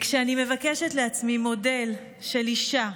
כשאני מבקשת לעצמי מודל של אישה,